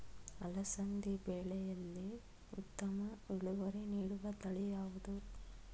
ಅಲಸಂದಿ ಬೆಳೆಯಲ್ಲಿ ಉತ್ತಮ ಇಳುವರಿ ನೀಡುವ ತಳಿ ಯಾವುದು?